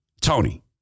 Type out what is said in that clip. Tony